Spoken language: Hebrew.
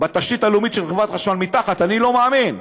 בתשתית הלאומית של חברת חשמל, מתחת, אני לא מאמין,